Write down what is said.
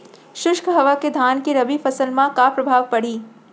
शुष्क हवा के धान के रबि फसल मा का प्रभाव पड़ही?